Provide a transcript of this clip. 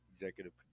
executive